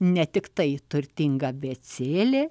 ne tiktai turtinga abėcėlė